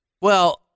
Well-